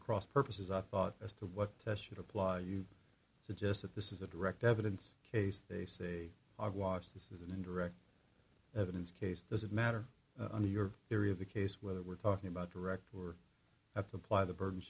at cross purposes i thought as to what should apply you suggest that this is a direct evidence case they say i've watched this is an indirect evidence case doesn't matter under your theory of the case whether we're talking about direct or at the ply the burden